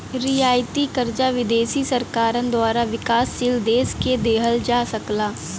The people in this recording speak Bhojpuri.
रियायती कर्जा विदेशी सरकारन द्वारा विकासशील देश के दिहल जा सकला